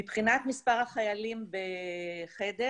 מבחינת מספר החיילים בחדר